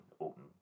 open